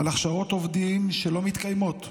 על הכשרות עובדים שלא מתקיימות,